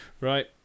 Right